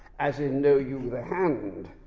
as in know you the hand?